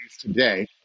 today